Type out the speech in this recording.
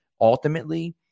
ultimately